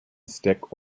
stick